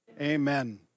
Amen